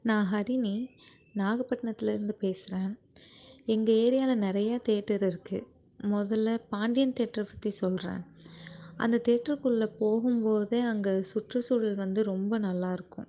நான் ஹரிணி நாகப்பட்டினத்துலேருந்து பேசுறேன் எங்கள் ஏரியாவில் நிறையா தேட்டர் இருக்குது முதல்ல பாண்டியன் தேட்ரு பற்றி சொல்கிறேன் அந்த தேட்ருக்குள்ளே போகும்போதே அங்கே சுற்றுசூழல் வந்து ரொம்ப நல்லாயிருக்கும்